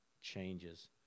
changes